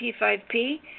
P5P